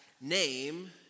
name